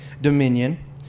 dominion